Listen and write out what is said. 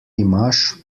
imaš